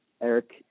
Eric